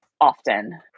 often